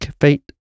Fate